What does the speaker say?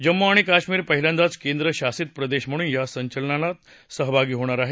जम्मू आणि काश्मिर पहिल्यांदाच केंद्रशासित प्रदेश म्हणून या संचलनात सहभागी होणार आहेत